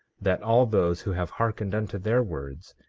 that all those who have hearkened unto their words,